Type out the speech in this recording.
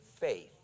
faith